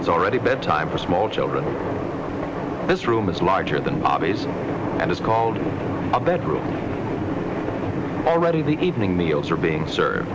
it's already bedtime for small children this room is larger than our base and is called a bedroom already the evening meals are being served